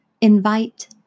Invite